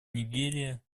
нигерия